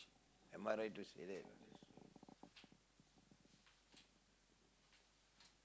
am I right to say that